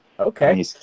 Okay